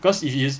because it is